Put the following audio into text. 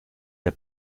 der